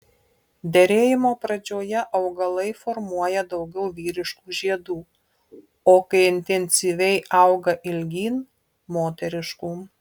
derėjimo pradžioje augalai formuoja daugiau vyriškų žiedų o kai intensyviai auga ilgyn moteriškų